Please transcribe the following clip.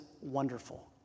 Wonderful